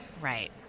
Right